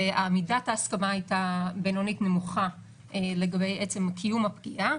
ומידת ההסכמה הייתה בינונית נמוכה לגבי עצם קיום הפגיעה,